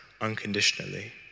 unconditionally